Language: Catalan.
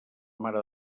mare